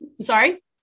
sorry